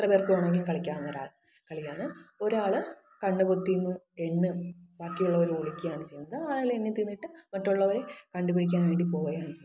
എത്ര പേർക്ക് വേണമെങ്കിലും കളിക്കാവുന്ന ഒരു ആ കളിയാണ് ഒരാൾ കണ്ണ് പൊത്തി നിന്ന് എണ്ണും ബാക്കിയുള്ളവർ ഒളിക്കുകയാണ് ചെയ്യുന്നത് ആൾ എണ്ണി തീർന്നിട്ട് മറ്റുള്ളവരെ കണ്ടുപിടിക്കാൻ വേണ്ടി പോവുകയാണ് ചെയ്യുന്നത്